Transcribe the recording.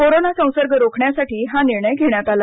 corona संसर्ग रोखण्यासाठी हा निर्णय घेण्यात आला